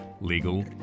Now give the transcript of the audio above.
legal